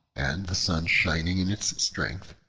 and the sun shining in its strength,